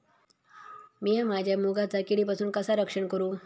मीया माझ्या मुगाचा किडीपासून कसा रक्षण करू?